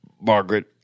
Margaret